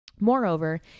moreover